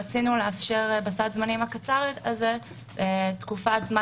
רצינו לאפשר בסד הזמנים הקצר הזה תקופת זמן